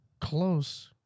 close